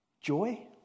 Joy